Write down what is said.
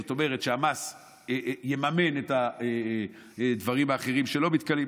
זאת אומרת שהמס יממן את הדברים האחרים שלא מתכלים.